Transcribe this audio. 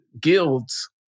guilds